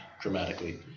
dramatically